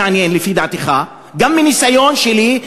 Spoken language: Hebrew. מניסיון שלי,